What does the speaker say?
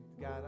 God